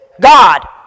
God